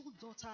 daughter